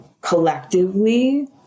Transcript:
collectively